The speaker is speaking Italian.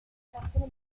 separazione